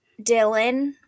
Dylan